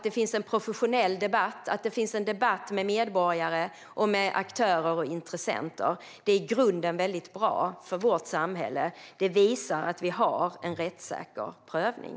Det finns en professionell debatt och en debatt med medborgare, aktörer och intressenter. Det är i grunden väldigt bra för vårt samhälle. Det visar att vi har en rättssäker prövning.